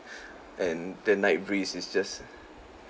and the night breeze is just